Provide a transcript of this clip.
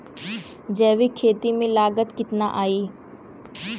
जैविक खेती में लागत कितना आई?